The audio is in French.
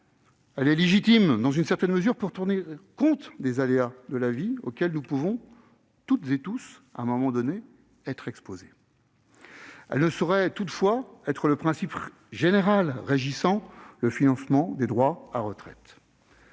Elle est légitime, dans une certaine mesure, pour tenir compte des aléas de la vie auxquels nous pouvons, toutes et tous, à un moment donné, être exposés. Elle ne saurait toutefois constituer le principe général régissant le financement des droits à retraite.